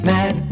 Mad